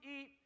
eat